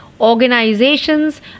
organizations